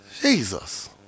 Jesus